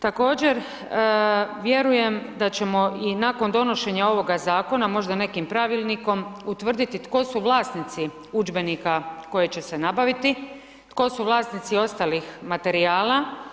Također vjerujem da ćemo i nakon donošenja ovoga zakona možda nekim pravilnikom utvrditi tko su vlasnici udžbenika koje će se nabaviti, tko su vlasnici ostalih materijala.